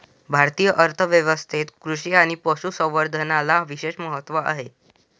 भारतीय अर्थ व्यवस्थेत कृषी आणि पशु संवर्धनाला विशेष महत्त्व आहे